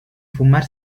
fumar